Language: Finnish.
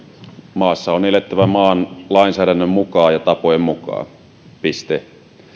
maassa on elettävä maan lainsäädännön ja tapojen mukaan piste